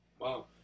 Wow